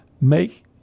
make